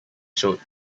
showed